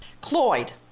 Cloyd